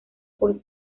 por